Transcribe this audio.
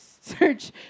search